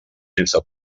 sense